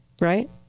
right